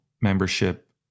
membership